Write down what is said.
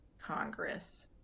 Congress